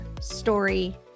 Story